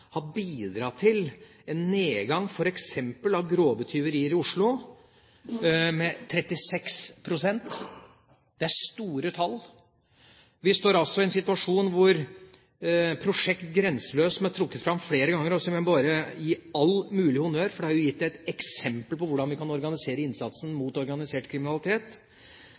har bidratt til en nedgang f.eks. i grove tyverier i Oslo med 36 pst. – det er et stort tall. Prosjektet Grenseløs, som er trukket fram flere ganger, må jeg bare gi all mulig honnør, for det er et eksempel på hvordan man kan organisere innsatsen mot organisert kriminalitet.